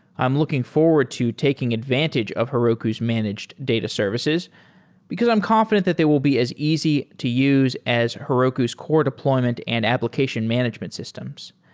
i'm looking forward to taking advantage of heroku's managed data services because i'm confident that they will be as easy to use as heroku's core deployment and application management systems.